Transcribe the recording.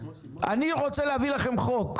אני רוצה להביא לכם חוק.